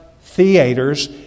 theaters